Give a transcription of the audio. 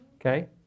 Okay